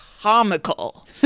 comical